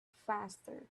faster